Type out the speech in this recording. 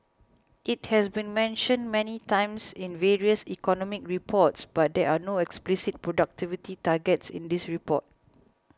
it has been mentioned many times in various economic reports but there are no explicit productivity targets in this report